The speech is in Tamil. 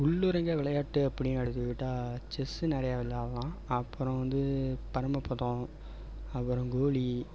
உள்ளரங்க விளையாட்டு அப்படின்னு எடுத்துக்கிட்டால் செஸ்ஸு நிறையா விளையாட்டுலாம் அப்புறம் வந்து பரமபதம் அப்புறம் கோலி